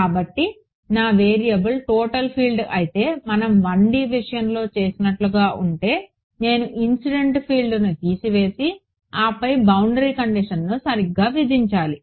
కాబట్టి నా variable total field అయితే మనం 1D విషయంలో చేసినట్లుగా ఉంటే నేను ఇన్సిడెంట్ ఫీల్డ్ను తీసివేసి ఆపై బౌండరీ కండిషన్ను సరిగ్గా విధించాలి